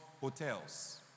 hotels